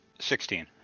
Sixteen